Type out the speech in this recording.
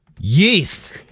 Yeast